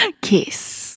Kiss